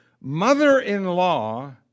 mother-in-law